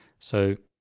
so,